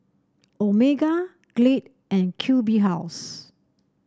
Omega Glade and Q B House